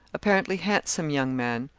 apparently handsome young man,